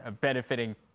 benefiting